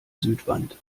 südwand